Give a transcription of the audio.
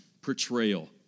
portrayal